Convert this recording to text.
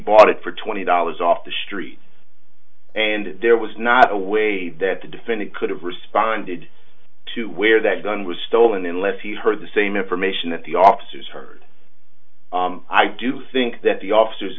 bought it for twenty dollars off the street and there was not a way that the defendant could have responded to where that gun was stolen unless he heard the same information that the officers heard i do think that the officers